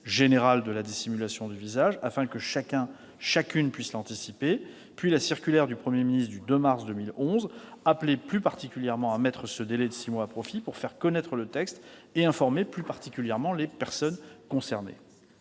générale de la dissimulation du visage, afin que chacun et chacune puissent l'anticiper. La circulaire du Premier ministre du 2 mars 2011 appelait plus particulièrement à mettre ce délai de six mois à profit pour faire connaître le texte et informer les personnes concernées.